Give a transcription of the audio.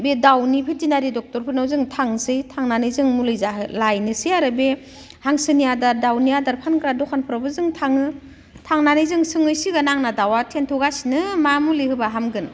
बे दाउनि भेटेनारि डक्ट'रफोरनाव जों थांनोसै थांनानै जों मुलि लायनोसै आरो बे हांसोनि आदार दाउनि आदार फानग्रा दखानफ्रावबो जों थाङो थांनानै जों सोंहैसिगोन आंना दाउवा थेनथावगासिनो मा मुलि होबा हामगोन